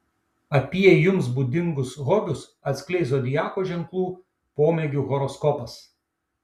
apie jums būdingus hobius atskleis zodiako ženklų pomėgių horoskopas